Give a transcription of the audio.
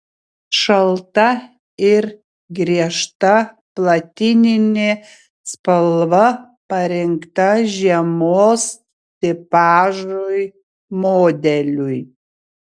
šalta ir griežta platininė spalva parinkta žiemos tipažui modeliui